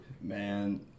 man